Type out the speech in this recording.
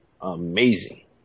amazing